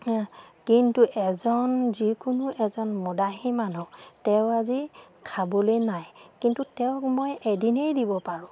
কিন্তু এজন যিকোনো এজন মদাহী মানুহ তেওঁ আজি খাবলৈ নাই কিন্তু তেওঁক মই এদিনেই দিব পাৰোঁ